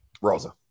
Rosa